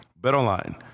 BetOnline